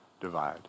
divide